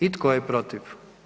I tko je protiv?